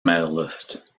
medallist